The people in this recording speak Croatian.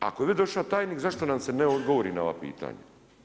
Ako je već došao tajnik zašto nam ne odgovori na ova pitanja?